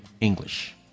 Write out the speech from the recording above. English